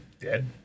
dead